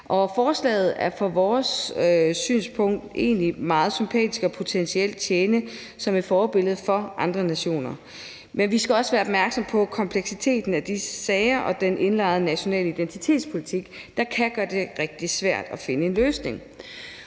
Forslaget er set fra vores synspunkt egentlig meget sympatisk og kan potentielt tjene som et forbillede for andre nationer, men vi skal også være opmærksomme på kompleksiteten i de sager og den indlejrede nationale identitetspolitik, der kan gøre det rigtig svært at finde en løsning.